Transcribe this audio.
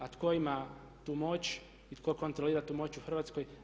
A tko ima tu moć i tko kontrolira tu moć u Hrvatskoj?